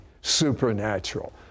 supernatural